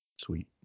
sweet